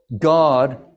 God